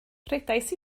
rhedais